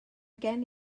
gen